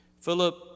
Philip